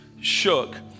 shook